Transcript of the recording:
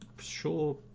sure